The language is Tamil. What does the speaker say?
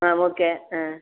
ஆ ஓகே ஆ